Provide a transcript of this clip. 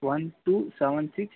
one two seven six